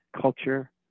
culture